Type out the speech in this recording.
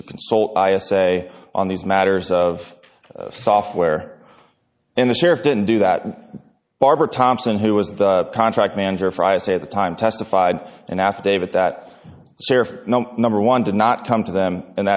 to consult i a say on these matters of software and the sheriff didn't do that and barbara thompson who was the contract manager fries at the time testified an affidavit that surf number one did not come to them and